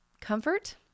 comfort